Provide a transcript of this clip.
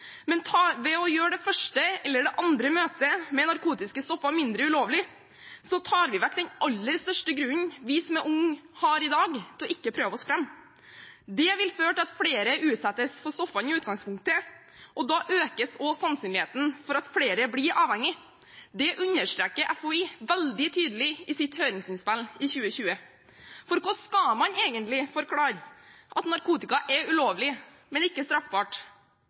ved å gjøre det første eller andre møtet med narkotiske stoffer mindre ulovlig, tar vi vekk den aller største grunnen vi som er unge, har i dag til ikke å prøve oss fram. Det vil føre til at flere utsettes for stoffene i utgangspunktet, og da økes også sannsynligheten for at flere blir avhengige. Det understreker FHI veldig tydelig i sitt høringsinnspill i 2020. For hvordan skal man egentlig forklare at narkotika er ulovlig, men ikke straffbart?